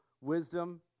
wisdom